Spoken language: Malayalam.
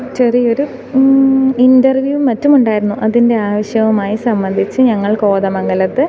ചെറിയൊരു ഇൻ ഇൻറ്റർവ്യൂവും മറ്റും ഉണ്ടായിരുന്നു അതിൻ്റെ ആവശ്യവുമായി സംബന്ധിച്ച് ഞങ്ങൾ കോതമംഗലത്ത്